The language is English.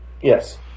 yes